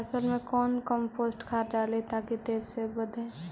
फसल मे कौन कम्पोस्ट खाद डाली ताकि तेजी से बदे?